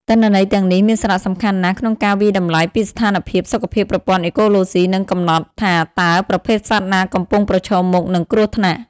ទិន្នន័យទាំងនេះមានសារៈសំខាន់ណាស់ក្នុងការវាយតម្លៃពីស្ថានភាពសុខភាពប្រព័ន្ធអេកូឡូស៊ី និងកំណត់ថាតើប្រភេទសត្វណាកំពុងប្រឈមមុខនឹងគ្រោះថ្នាក់។